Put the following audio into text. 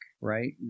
right